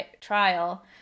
trial